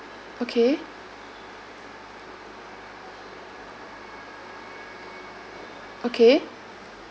okay okay